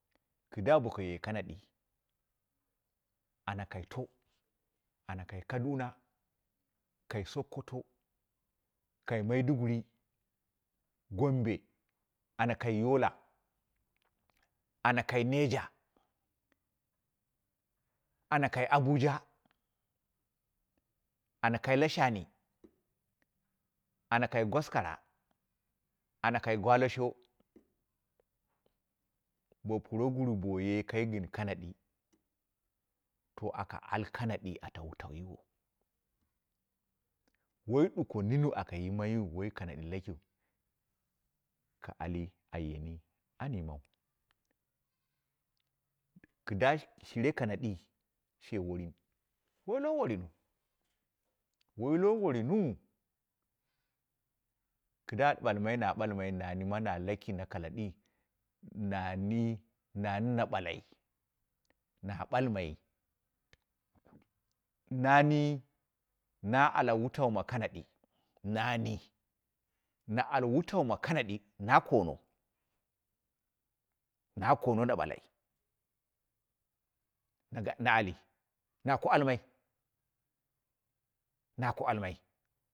Kida bokaye kanadi, ana kaito ana kai kaduna, kai sokoto, kai maiduguri, gombe, ana kai yola, ana kai niger ana kai abuja, ana ka la shani, ana kai goskara, ana kai gwalasho, bo proguru boye kai gɨn kanadi to aka al kanadi ata wutaelu yiwo wai duko nini aka yimai, bo wai kanadi lakiu, aka ali a yemi, ana yimau kɨda shire kanadi she worin, woilo worinu, woilo worinu kɨda balmai na balmai nani ma laki la kanadii, nani, nani na ɓalai na ɓalmai nani na ala wutau ma kanadi, nani na al wutan ma kanadi na kono, na kono na bulai na ga na ali, na ko almai, na ko almai.